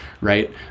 right